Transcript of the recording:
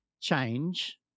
change